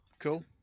Cool